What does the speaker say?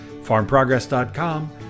farmprogress.com